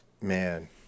man